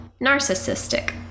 narcissistic